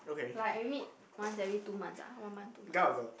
like we meet once every two months ah one month two months